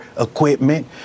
equipment